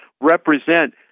represent